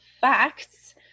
facts